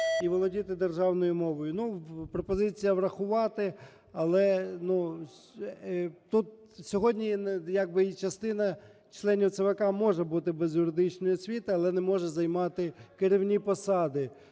і володіти державною мовою. Ну, пропозиція врахувати. Але тут… сьогодні як би частина членів ЦВК може бути без юридичної освіти, але не може займати керівні посади.